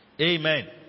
Amen